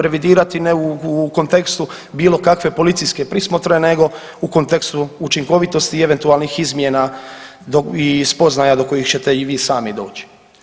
Revidirati ne u kontekstu bilo kakve policijske prismotre nego u kontekstu učinkovitosti i eventualnih izmjena i spoznaja do kojih ćete i vi sami doći.